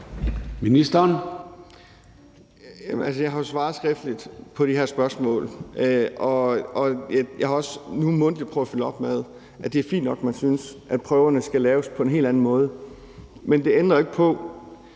Danielsen): Jeg har jo svaret skriftligt på de her spørgsmål, og jeg har også nu mundtligt prøvet at følge op. Det er fint nok, at man synes, at prøverne skal laves på en helt anden måde, men det ændrer ikke på,